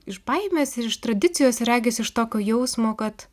iš baimės ir iš tradicijos ir regis iš tokio jausmo kad